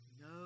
no